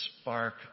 spark